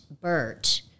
Bert